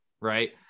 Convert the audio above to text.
right